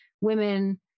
women